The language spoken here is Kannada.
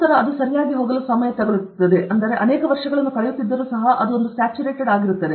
ನಂತರ ಅದು ಸರಿಯಾಗಿ ಹೋಗಲು ಸಮಯ ಏಕೆಂದರೆ ನೀವು ಅನೇಕ ವರ್ಷಗಳನ್ನು ಕಳೆಯುತ್ತಿದ್ದರೂ ಸರಿ ಅದು ಸ್ಯಾಚುರೇಟೆಡ್ ಆಗಿರುತ್ತದೆ